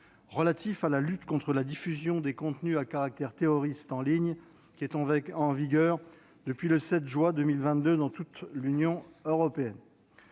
relatif à la lutte contre la diffusion des contenus à caractère terroriste en ligne, qui est en vigueur depuis le 7 juin 2022 dans toute l'Union européenne.